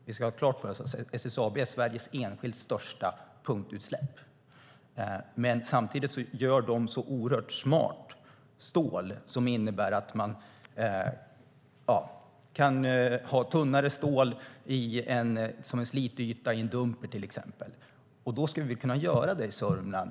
Vi ska ha klart för oss att SSAB står för Sveriges enskilt största punktutsläpp, men samtidigt gör de ett sådant oerhört smart stål. Det innebär att man kan ha tunnare stål som en slityta i en dumper till exempel. Det ska vi kunna göra i Sörmland.